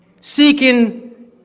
seeking